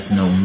no